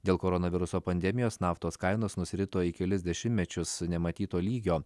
dėl koronaviruso pandemijos naftos kainos nusirito į kelis dešimtmečius nematyto lygio